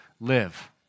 live